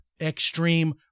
extreme